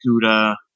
Gouda